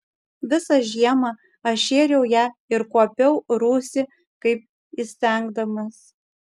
visą žiemą aš šėriau ją ir kuopiau rūsį kaip įstengdamas